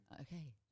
okay